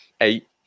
eight